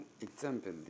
example